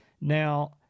Now